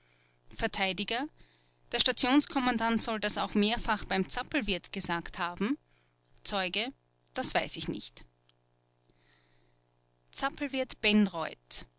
vert der stationskommandant soll das auch mehrfach beim zappelwirt gesagt haben zeuge das weiß ich nicht zappelwirt